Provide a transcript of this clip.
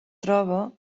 troba